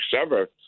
sever